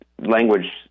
language